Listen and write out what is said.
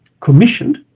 commissioned